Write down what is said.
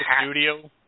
studio